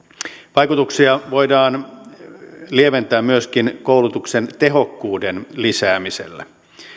vaikutuksia voidaan lieventää myöskin koulutuksen tehokkuuden lisäämisellä